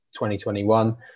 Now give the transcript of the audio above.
2021